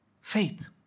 Faith